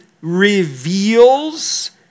reveals